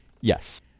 Yes